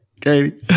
Katie